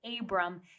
Abram